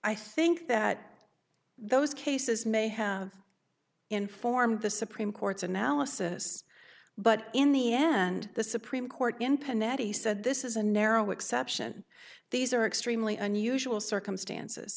i think that those cases may have informed the supreme court's analysis but in the end the supreme court in penality said this is a narrow exception these are extremely unusual circumstances